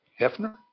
Hefner